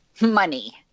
money